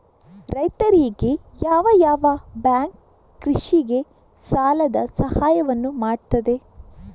ರೈತರಿಗೆ ಯಾವ ಯಾವ ಬ್ಯಾಂಕ್ ಕೃಷಿಗೆ ಸಾಲದ ಸಹಾಯವನ್ನು ಮಾಡ್ತದೆ?